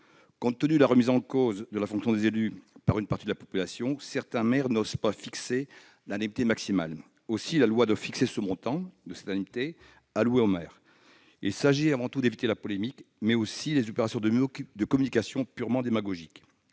Compte tenu de la remise en cause de la fonction des élus par une partie de la population, certains maires n'osent pas fixer l'indemnité maximale. Aussi la loi doit-elle fixer le montant de l'indemnité allouée au maire. Il s'agit avant tout d'éviter la polémique, mais aussi les opérations de communication purement démagogiques.